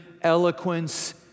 eloquence